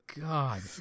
God